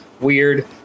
weird